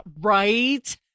right